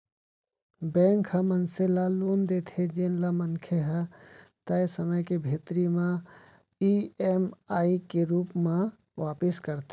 bank ह मनसे ल लोन देथे जेन ल मनखे ह तय समे के भीतरी म ईएमआई के रूप म वापिस करथे